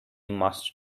must